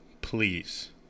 Please